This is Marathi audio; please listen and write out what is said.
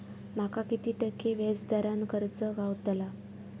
माका किती टक्के व्याज दरान कर्ज गावतला?